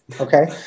Okay